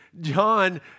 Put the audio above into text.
John